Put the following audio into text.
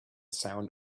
sound